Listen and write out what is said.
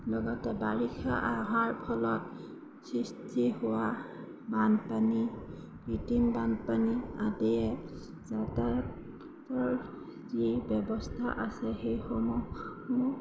লগতে বাৰিষা অহাৰ ফলত সৃষ্টি হোৱা বানপানী কৃত্ৰিম বানপানী আদিয়ে যাতায়াতৰ যি ব্যৱস্থা আছে সেইসমূহো